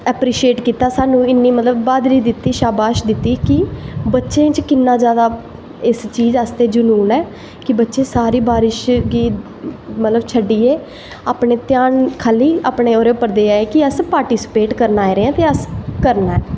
appreciate कीता मतलव बाहदुरी दित्ती शाबाश दित्ती कि बच्चें च किन्ना जादा इस चीज आस्तै जनून ऐ कि बच्चे सारी बारिश गी मतलव शड्डियै अपनी ध्यान खाल्ली ओह्दे उप्पर देआ दे कि अस पार्टिसिपेट करन आए दे आं ते करना ऐ